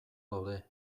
daude